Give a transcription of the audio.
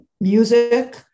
music